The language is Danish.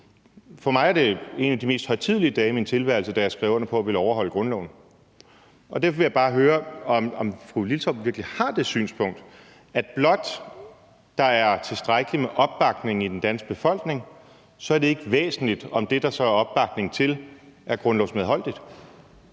For mig var det en af de mest højtidelige dage i min tilværelse, da jeg skrev under på at ville overholde grundloven. Derfor vil jeg bare høre, om fru Karin Liltorp virkelig har det synspunkt, at blot der er tilstrækkeligt med opbakning i den danske befolkning, er det ikke væsentligt, om det, der så er opbakning til, er grundlovsmedholdigt.